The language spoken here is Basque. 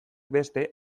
beste